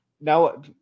now